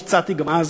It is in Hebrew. והצעתי את זה גם אז,